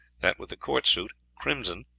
that with the court suit crimson,